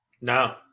No